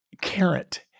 carrot